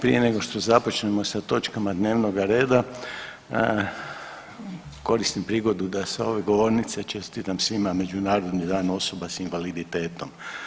Prije nego što započnemo sa točkama dnevnoga reda koristim prigodu da sa ove govornice čestitam svima Međunarodni dan osoba s invaliditetom.